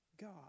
God